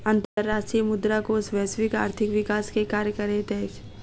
अंतर्राष्ट्रीय मुद्रा कोष वैश्विक आर्थिक विकास के कार्य करैत अछि